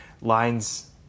lines